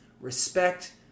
respect